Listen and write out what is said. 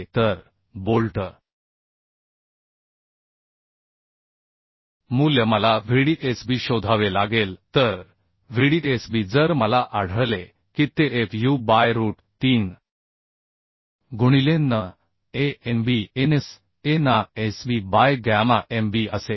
तर बोल्ट मूल्य मला Vdsb शोधावे लागेल तर Vdsb जर मला आढळले की ते fu बाय रूट 3 गुणिलेNn Anb Ns Ana Sb by gamma mb असेल